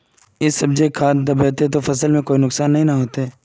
इ सब जे खाद दबे ते फसल में कुछ नुकसान ते नय ने होते